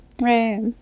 Right